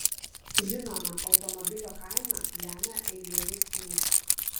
žinoma automobilio kainą lemia eilė veiksnių